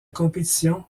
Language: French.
compétition